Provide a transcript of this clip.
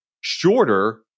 Shorter